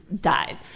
died